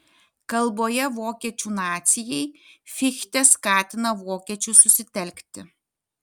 kalboje vokiečių nacijai fichtė skatina vokiečius susitelkti